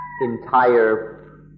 entire